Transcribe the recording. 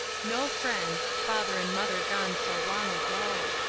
no friends father and mother gone so long ago!